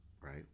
right